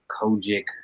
Kojic